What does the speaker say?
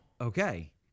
okay